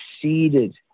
succeeded